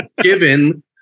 given